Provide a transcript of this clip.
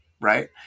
right